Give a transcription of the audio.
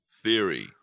theory